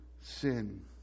sin